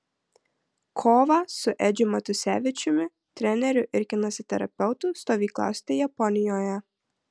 kovą su edžiu matusevičiumi treneriu ir kineziterapeutu stovyklausite japonijoje